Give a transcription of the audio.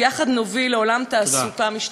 ויחד נוביל לעולם תעסוקה משתנה.